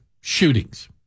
shootings